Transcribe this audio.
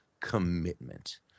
commitment